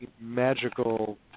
magical